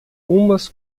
umas